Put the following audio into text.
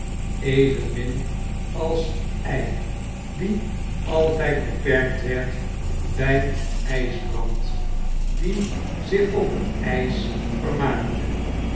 evenmin als ij die altyd beperkt werd bij ijsbrand die zich op tijs vermaakte